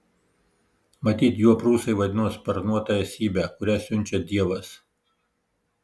matyt juo prūsai vadino sparnuotą esybę kurią siunčia dievas